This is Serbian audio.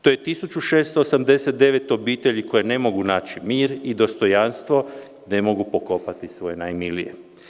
To je 1689 obitelji koje ne mogu naći mir i dostojanstvo da mogu pokopati svoje najmilije.